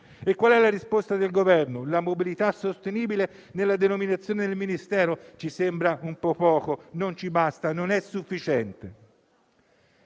(NAS). Se la risposta del Governo è introdurre la mobilità sostenibile nella denominazione del Ministero, ci sembra un po' poco, non ci basta e non è sufficiente.